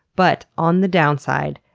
but on the downside,